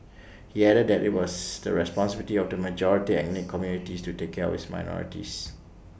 he added that IT was the responsibility of the majority ethnic communities to take care of this minorities